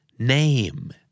Name